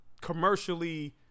commercially